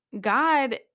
God